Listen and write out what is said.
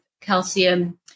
calcium